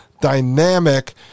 dynamic